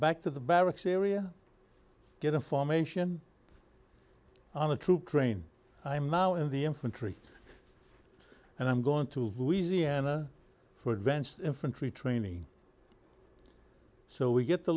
back to the barracks area get information on a troop train i'm now in the infantry and i'm going to louisiana for advanced infantry training so we get to